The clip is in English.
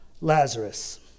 Lazarus